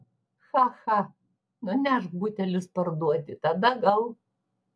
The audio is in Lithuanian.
cha cha nunešk butelius parduoti tada gal